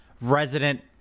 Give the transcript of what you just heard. resident